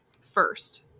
first